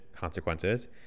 consequences